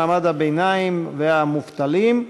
מעמד הביניים והמובטלים,